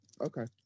okay